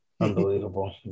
Unbelievable